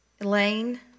Elaine